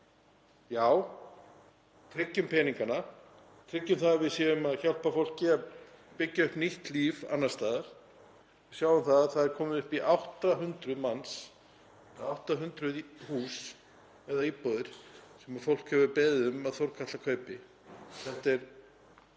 Já, tryggjum peningana, tryggjum það að við hjálpum fólki að byggja upp nýtt líf annars staðar. Við sjáum að það er komið upp í 800 hús eða íbúðir sem fólk hefur beðið um að Þórkatla kaupi. Þetta er